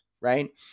right